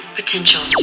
potential